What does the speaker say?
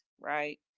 right